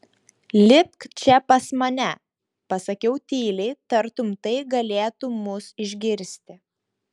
lipk čia pas mane pasakiau tyliai tartum tai galėtų mus išgirsti